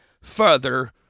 further